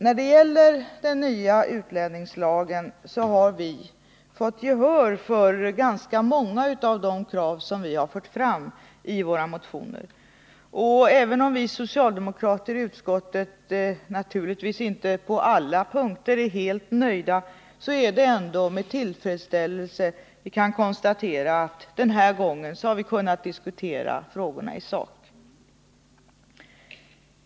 När det gäller den nya utlänningslagen har vi fått gehör för många av de krav som vi har fört fram i våra motioner. Och även om vi socialdemokrater i utskottet naturligtvis inte på alla punkter är helt nöjda, är det ändå med tillfredsställelse vi kan konstatera, att den här gången har vi kunnat diskutera frågorna i sak.